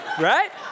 right